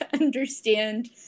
understand